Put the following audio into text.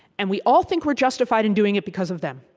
and we all think we're justified in doing it because of them.